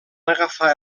agafar